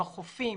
בחופים,